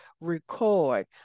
record